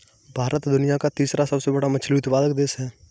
भारत दुनिया का तीसरा सबसे बड़ा मछली उत्पादक देश है